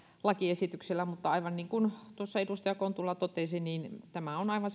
lakiesityksellä mutta aivan niin kuin edustaja kontula totesi niin tämä on aivan